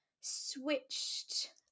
switched